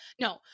No